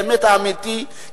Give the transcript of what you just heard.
באמת אמיתי,